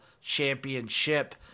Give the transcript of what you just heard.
championship